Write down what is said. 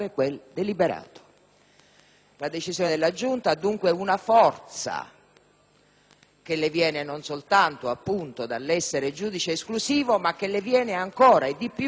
La decisione della Giunta ha, dunque, una forza che le viene non soltanto, appunto, dall'essere giudice esclusivo, ma ancora e di più dal Regolamento del Senato,